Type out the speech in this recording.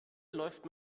läuft